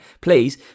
please